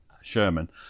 Sherman